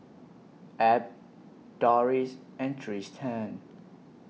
Ab Dorris and Trystan